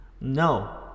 No